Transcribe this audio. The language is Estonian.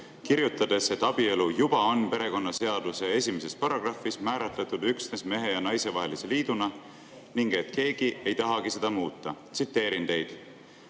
kirjutades, et abielu juba on perekonnaseaduse esimeses paragrahvis määratletud üksnes mehe ja naise vahelise liiduna ning et keegi ei tahagi seda muuta. Tsiteerin teid: